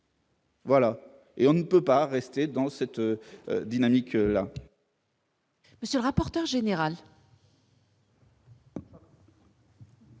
Voilà et on ne peut pas rester dans cette dynamique-là. Monsieur rapporteur général.